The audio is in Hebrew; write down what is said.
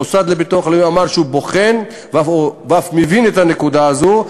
המוסד לביטוח לאומי אמר שהוא בוחן ואף מבין את הנקודה הזו.